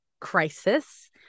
crisis